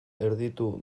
erditu